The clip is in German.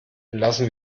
belassen